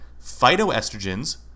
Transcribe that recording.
phytoestrogens